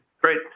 Great